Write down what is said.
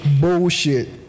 bullshit